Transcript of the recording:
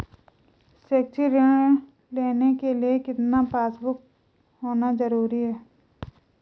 शैक्षिक ऋण लेने के लिए कितना पासबुक होना जरूरी है?